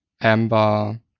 Amber